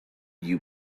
you